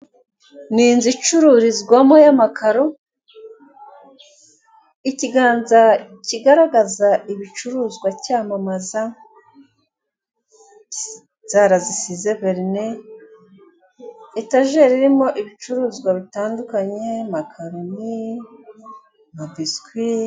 Ni inzu icururizwamo y'amakaro, ikiganza kigaragaza iciruruzwa cyamamaza, inzara zisize verine, etajeri irimo ibicuruzwa bitandukanye, makaroni na biswi.